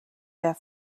der